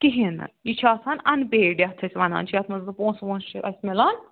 کِہیٖنۍ نہٕ یہ چھ آسان اَن پیڈ یتھ أسۍ ونان چھِ یتھ مَنٛز نہٕ پونٛسہٕ وونٛسہٕ چھُ اَسہِ مِلان